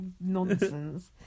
nonsense